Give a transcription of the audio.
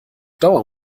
dauer